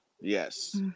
Yes